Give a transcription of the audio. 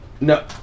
No